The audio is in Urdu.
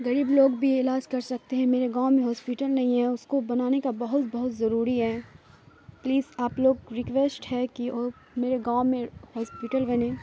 غریب لوگ بھی علاج کر سکتے ہیں میرے گاؤں میں ہاسپیٹل نہیں ہے اس کو بنانے کا بہت بہت ضروری ہے پلیز آپ لوگ ریکویسٹ ہے کہ وہ میرے گاؤں میں ہاسپیٹل بنے